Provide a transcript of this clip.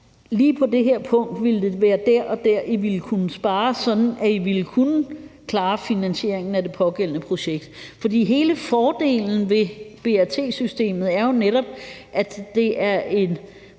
lige på det her punkt ville det være der og der, I ville kunne spare, sådan at I ville kunne klare finansieringen af det pågældende projekt. For hele fordelen ved BAT-systemet, er jo netop, at en